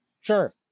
Sure